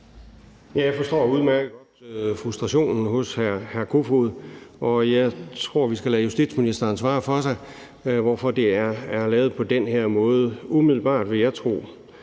Jeg forstår udmærket godt frustrationen hos hr. Peter Kofod, og jeg tror, vi skal lade justitsministeren svare for sig, i forhold til hvorfor det er lavet på den her måde. Umiddelbart vil jeg tro,